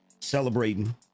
celebrating